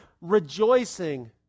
rejoicing